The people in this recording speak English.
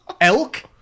elk